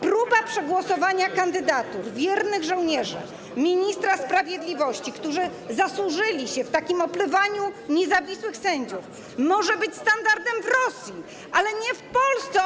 Próba przegłosowania kandydatur wiernych żołnierzy ministra sprawiedliwości, którzy zasłużyli się w opluwaniu niezawisłych sędziów, może być standardem w Rosji, ale nie w Polsce.